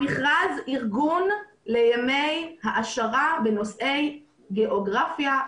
המכרז ארגון לימי העשרה בנושאי גאוגרפיה,